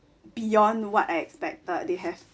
beyond what I expected they have